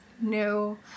No